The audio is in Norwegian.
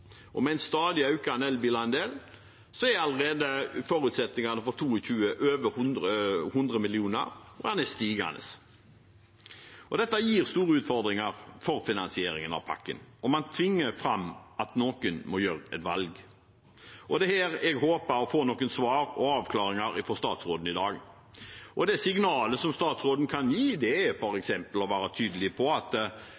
Med en stadig økende elbilandel er allerede forutsetningen for 2022 på over 100 mill. kr, og den er stigende. Dette gir store utfordringer for finansieringen av pakken, og man tvinger fram at noen må gjøre et valg. Det er her jeg håper å få noen svar og avklaringer fra statsråden i dag. Et signal som statsråden kan gi, er